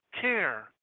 care